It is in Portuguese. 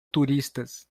turistas